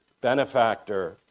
benefactor